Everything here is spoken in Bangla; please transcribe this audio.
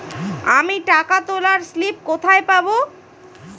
আমি টাকা তোলার স্লিপ কোথায় পাবো?